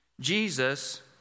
Jesus